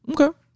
Okay